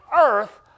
Earth